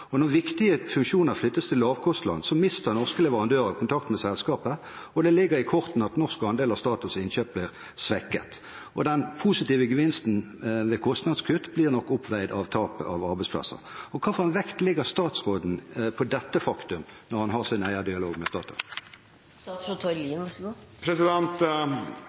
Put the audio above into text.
Når viktige funksjoner flyttes til lavkostland, mister norske leverandører kontakt med selskapet, og det ligger i kortene at den norske andelen av Statoils innkjøp blir svekket. Den positive gevinsten ved kostnadskutt blir nok oppveid av tapet av arbeidsplasser. Hvilken vekt legger statsråden på dette faktumet når han har sin eierdialog med